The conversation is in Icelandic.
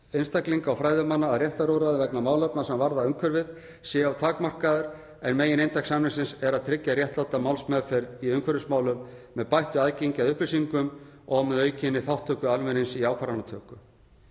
einstaklinga og fræðimanna að réttarúrræðum vegna málefna sem varða umhverfið sé of takmarkaður en megininntak samningsins er að tryggja réttláta málsmeðferð í umhverfismálum með bættu aðgengi að upplýsingum og með aukinni þátttöku almennings í ákvarðanatöku.